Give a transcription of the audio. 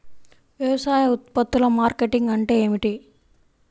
వ్యవసాయ ఉత్పత్తుల మార్కెటింగ్ అంటే ఏమిటి?